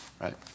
Right